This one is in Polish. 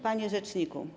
Panie Rzeczniku!